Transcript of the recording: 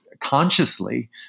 consciously